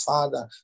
Father